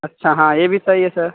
अच्छा हाँ ये भी सही है सर